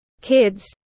kids